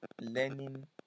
learning